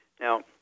Now